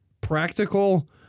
practical